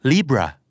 Libra